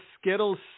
Skittles